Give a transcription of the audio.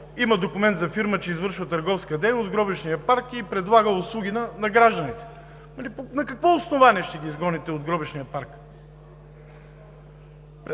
има документ, че е фирма, която извършва търговска дейност в гробищния парк и предлага услуги на гражданите? На какво основание ще ги изгоните от гробищния парк?